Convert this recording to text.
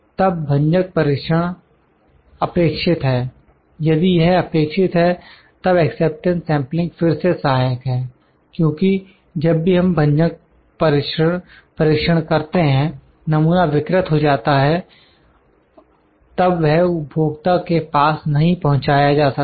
तब भंजक परीक्षण अपेक्षित है यदि यह अपेक्षित है तब एक्सेप्टेंस सेंपलिंग फिर से सहायक है क्योंकि जब भी हम भंजक परीक्षण करते हैं नमूना विकृत हो जाता है तब वह उपभोक्ता के पास नहीं पहुंचाया जा सकता